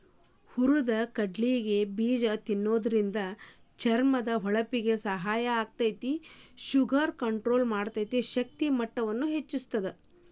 ಹುರದ ಕಲ್ಲಂಗಡಿ ಬೇಜ ತಿನ್ನೋದ್ರಿಂದ ಚರ್ಮದ ಹೊಳಪಿಗೆ ಸಹಾಯ ಆಗ್ತೇತಿ, ಶುಗರ್ ಕಂಟ್ರೋಲ್ ಮಾಡಿ, ಶಕ್ತಿಯ ಮಟ್ಟವನ್ನ ಹೆಚ್ಚಸ್ತದ